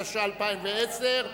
התש"ע 2010,